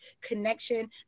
connection